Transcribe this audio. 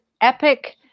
Epic